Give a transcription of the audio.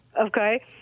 Okay